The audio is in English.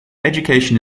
education